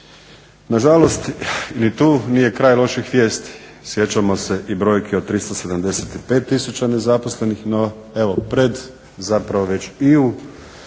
Nažalost ni tu nije kraj loših vijesti. Sjećamo se i brojke od 375 tisuća nezaposlenih, no evo pred zapravo već i u